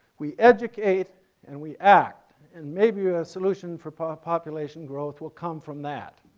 we educate and we act and maybe a solution for population growth will come from that.